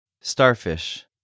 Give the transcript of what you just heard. Starfish